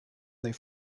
their